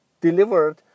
delivered